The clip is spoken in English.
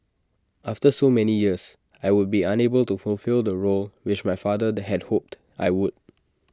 after so many years I would be unable to fulfil the role which my father they had hoped I would